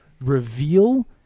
reveal